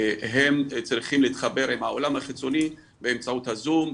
והם צריכים להתחבר עם העולם החיצוני באמצעות הזום,